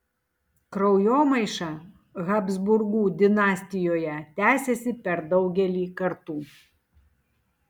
kraujomaiša habsburgų dinastijoje tęsėsi per daugelį kartų